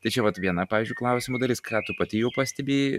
tai čia vat viena pavyzdžiui klausimo dalis ką tu pati jau pastebėjai